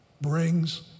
brings